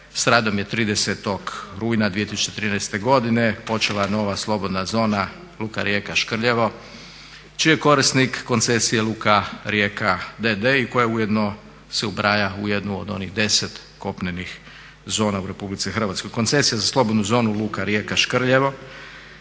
sa radom je 30. rujna 2013. godine počela nova slobodna zona Luka Rijeka-Škrljevo, čiji je korisnik koncesije Luka Rijeka d.d. i koja ujedno se ubraja u jednu od onih 10 kopnenih zona u Republici Hrvatskoj. Koncesije za slobodnu zonu Luka Rijeka-Škrljevo